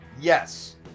Yes